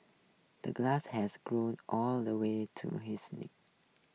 the grass has grown all the way to his knees